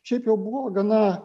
šiaip jau buvo gana